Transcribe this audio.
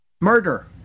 Murder